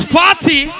party